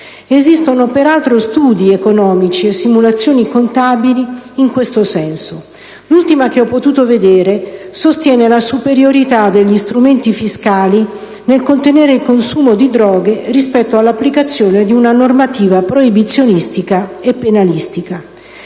Esistono peraltro studi economici e simulazioni contabili in questo senso. L'ultima che ho potuto vedere sostiene la superiorità degli strumenti fiscali nel contenere il consumo di droghe rispetto all'applicazione di una normativa proibizionista e penalista.